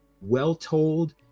well-told